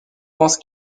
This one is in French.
pense